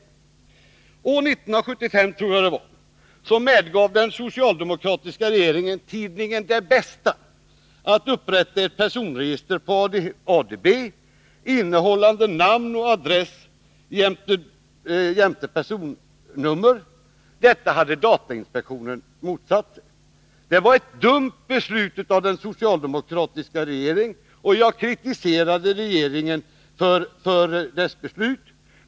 År 1975 medgav den socialdemokratiska regeringen att tidskriften Det Bästa upprättade ett personregister på ADB, innehållande namn och adress jämte personnummer. Detta hade datainspektionen motsatt sig. Det var ett dumt beslut av den socialdemokratiska regeringen, och jag kritiserade regeringen för det.